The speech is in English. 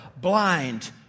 blind